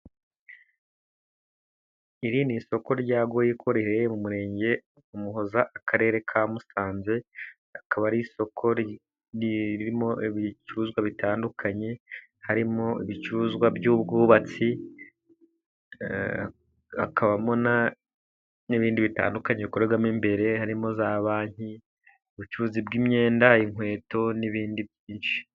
Iri ni isoko rya goyiko riherereye mu murenge wa Muhoza, akarere ka Musanze. Akaba ari isoko ririmo ibicuruzwa bitandukanye harimo: ibicuruzwa by'ubwubatsi, hakabamo n'ibindi bitandukanye bikorerwamo imbere, harimo za banki, ubucuruzi bw'imyenda, inkweto n'ibindi byinshi.